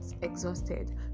exhausted